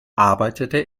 arbeitete